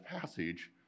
passage